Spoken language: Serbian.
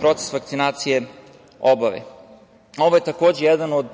proces vakcinacije obave. Ovo je, takođe, jedan od